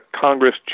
Congress